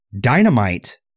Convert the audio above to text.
Dynamite